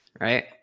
right